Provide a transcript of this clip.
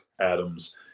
Adams